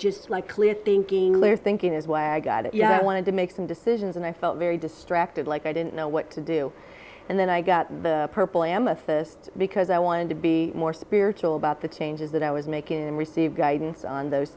just like clear thinking later thinking is where i got it yeah i wanted to make some decisions and i felt very distracted like i didn't know what to do and then i got the purple amethysts because i wanted to be more spiritual about the changes that i was making and received guidance on those